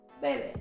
Baby